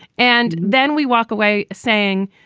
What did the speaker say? and then we walk away saying,